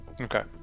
Okay